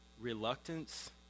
reluctance